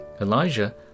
Elijah